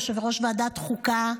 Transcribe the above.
יושב-ראש ועדת חוקה,